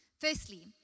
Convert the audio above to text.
Firstly